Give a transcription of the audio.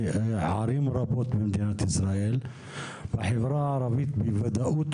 הוא לא דומה בוודאות בחברה הערבית.